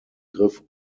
griff